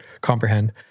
comprehend